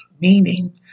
Meaning